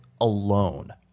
alone